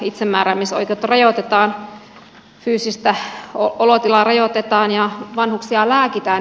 itsemääräämisoikeutta rajoitetaan fyysistä olotilaa rajoitetaan ja vanhuksia lääkitään